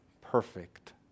perfect